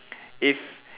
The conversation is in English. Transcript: if